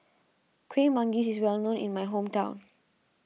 Kuih Manggis is well known in my hometown